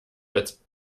als